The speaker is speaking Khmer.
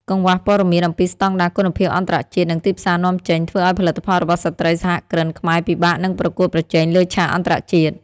កង្វះព័ត៌មានអំពីស្តង់ដារគុណភាពអន្តរជាតិ និងទីផ្សារនាំចេញ ធ្វើឱ្យផលិតផលរបស់ស្ត្រីសហគ្រិនខ្មែរពិបាកនឹងប្រកួតប្រជែងលើឆាកអន្តរជាតិ។